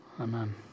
Amen